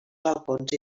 balcons